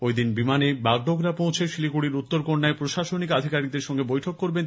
ওই দিন বিমানে বাগডোগরা পৌঁছে শিলিগুড়ির উত্তরকন্যায় প্রশাসনিক আধিকারিকদের সঙ্গে বৈঠক করবেন